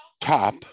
top